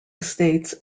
estates